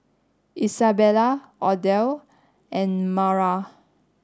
Izabella Odile and Maura